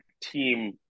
team